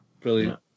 Brilliant